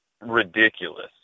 ridiculous